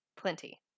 plenty